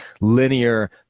linear